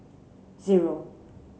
zero